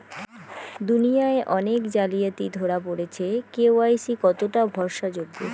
দুনিয়ায় অনেক জালিয়াতি ধরা পরেছে কে.ওয়াই.সি কতোটা ভরসা যোগ্য?